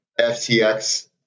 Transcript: FTX